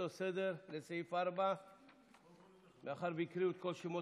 אותו סדר בסעיף 4. מאחר שהקריאו את כל שמות